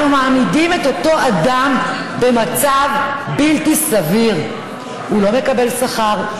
אנחנו מעמידים את אותו אדם במצב בלתי סביר: הוא לא מקבל שכר,